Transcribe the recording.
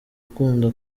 akunda